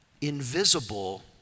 invisible